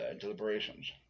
deliberations